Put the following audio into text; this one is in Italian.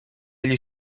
agli